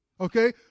Okay